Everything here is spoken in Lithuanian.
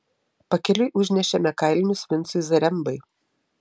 pakeliui užnešėme kailinius vincui zarembai